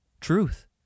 truth